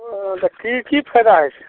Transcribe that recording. तऽ की की फायदा हइ छै